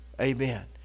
Amen